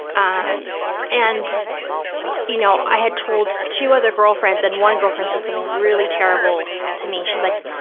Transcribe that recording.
um and you know, i had told two other girlfriends and one girlfriend said something really terrible to me. she's like,